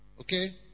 Okay